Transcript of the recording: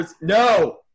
No